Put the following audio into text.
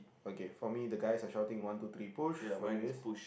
okay for me the guys are shouting one two three push for you is